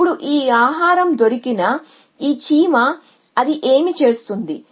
ఇప్పుడు ఈ ఆహారం దొరికిన ఈ చీమ అది ఏమి చేస్తుంది